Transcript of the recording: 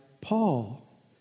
Paul